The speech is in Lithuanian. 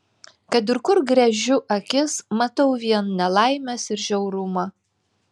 kad ir kur gręžiu akis matau vien nelaimes ir žiaurumą